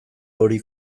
hori